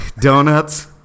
donuts